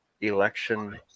Election